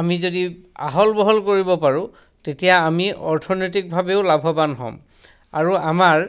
আমি যদি আহল বহল কৰিব পাৰোঁ তেতিয়া আমি অৰ্থনৈতিকভাৱেও লাভৱান হ'ম আৰু আমাৰ